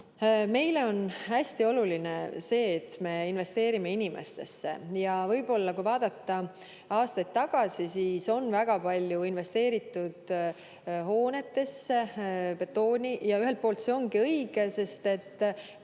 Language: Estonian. Meile on hästi oluline see, et me investeerime inimestesse. Võib-olla, kui vaadata aastaid tagasi, siis on väga palju investeeritud hoonetesse, betooni, ja ühelt poolt see ongi õige, sest ka